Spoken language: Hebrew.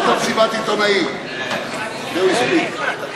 אבל הוא גמר את מסיבת העיתונאים והוא הספיק.